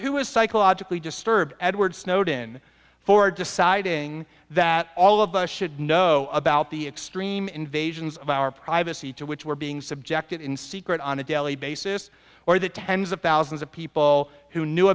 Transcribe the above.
who is psychologically disturbed edward snowden for deciding that all of us should know about the extreme invasions of our privacy to which we're being subjected in secret on a daily basis or the tens of thousands of people who knew